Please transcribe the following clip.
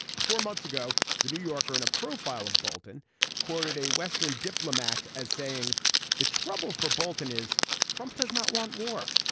four months ago the new yorker and a profile of bolton quoted a western diplomat as saying the trouble for bolton is trump does not want war.